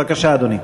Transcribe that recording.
בבקשה, אדוני.